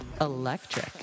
Electric